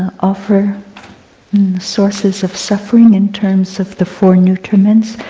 offer sources of suffering in terms of the four nutriments.